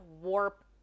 warp